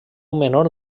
menor